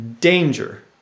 danger